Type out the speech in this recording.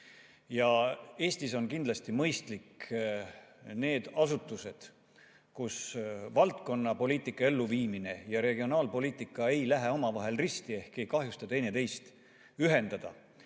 Ja Eestis on kindlasti mõistlik need asutused, kus valdkonnapoliitika elluviimine ja regionaalpoliitika ei lähe omavahel risti ehk ei kahjusta teineteist, ühendada.